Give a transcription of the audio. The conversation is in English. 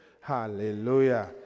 Hallelujah